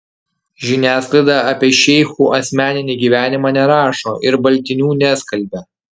žiniasklaida apie šeichų asmeninį gyvenimą nerašo ir baltinių neskalbia